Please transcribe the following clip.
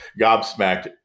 gobsmacked